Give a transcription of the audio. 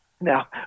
Now